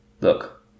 look